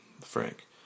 Frank